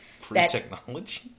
Pre-technology